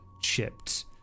chipped